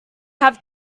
have